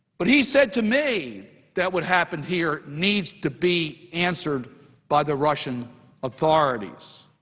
but he said to me that what happened here needs to be answered by the russian authorities.